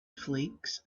flakes